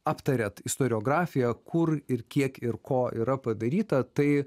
aptariate istoriografiją kur ir kiek ir ko yra padaryta tai